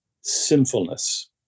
sinfulness